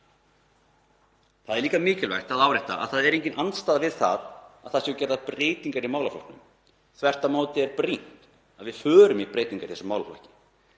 Það er líka mikilvægt að árétta að það er engin andstaða við að gerðar séu breytingar í málaflokknum. Þvert á móti er brýnt að við förum í breytingar á þessum málaflokki.